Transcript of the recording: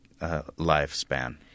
lifespan